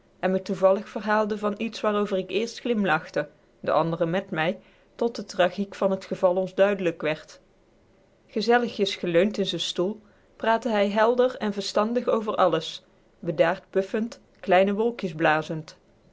en me toevallig verhaalde van iets waarover ik eerst glimlachte de andren met mij tot de tragiek van het geval ons duidelijk werd gezelligjes geleund in z'n stoel praatte hij helder en verstandig over alles bedaard puffend kleine wolkjes blazend